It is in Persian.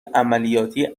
عملیاتی